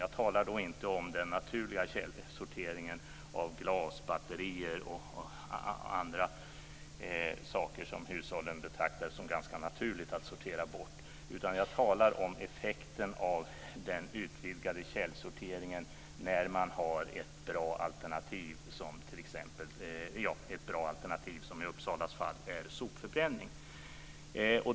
Jag talar då inte om den naturliga källsorteringen av glas, batterier och andra saker som hushållen betraktar som ganska naturligt att sortera bort, utan jag talar om effekten av den utvidgade källsorteringen när man har ett bra alternativ, som i Uppsalas fall är sopförbränning.